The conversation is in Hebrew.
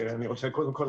קודם כול,